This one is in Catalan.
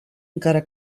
encara